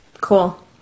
Cool